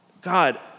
God